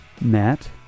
Matt